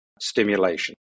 stimulation